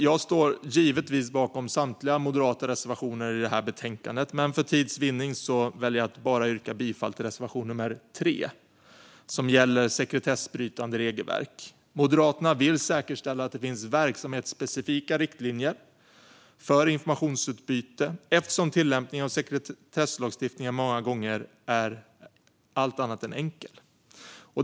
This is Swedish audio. Jag står givetvis bakom samtliga moderata reservationer i det här betänkandet, men för tids vinning väljer jag att yrka bifall endast till reservation nummer 3, som gäller sekretessbrytande regelverk. Moderaterna vill säkerställa att det finns verksamhetsspecifika riktlinjer för informationsutbyte eftersom tillämpningen av sekretesslagstiftningen många gånger är allt annat än enkel.